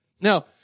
Now